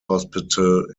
hospital